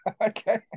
okay